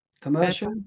commercial